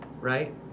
right